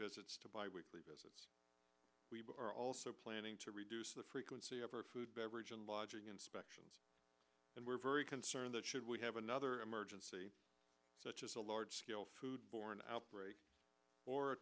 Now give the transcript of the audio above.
visits to bi weekly we are also planning to reduce the frequency of our food beverage and lodging inspections and we're very concerned that should we have another emergency such as a large scale food borne outbreak or